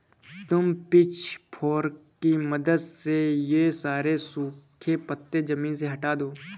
तुम पिचफोर्क की मदद से ये सारे सूखे पत्ते ज़मीन से हटा दो